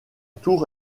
tour